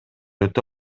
өтө